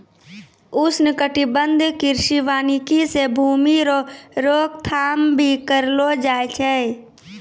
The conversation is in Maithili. उष्णकटिबंधीय कृषि वानिकी से भूमी रो रोक थाम भी करलो जाय छै